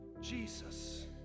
Jesus